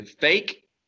fake